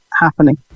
happening